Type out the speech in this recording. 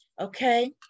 Okay